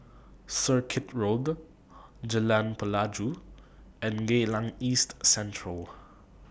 Circuit Road Jalan Pelajau and Geylang East Central